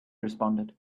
responded